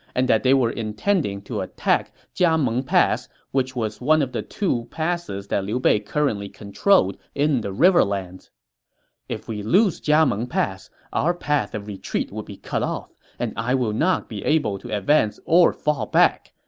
and that they were intending to attack jiameng pass, which one of the two passes that liu bei currently controlled in the riverlands if we lose jiameng pass, our path of retreat would be cut off, and i will not be able to advance or fall back,